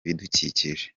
ibidukikije